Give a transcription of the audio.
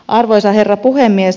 arvoisa herra puhemies